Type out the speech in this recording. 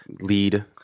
lead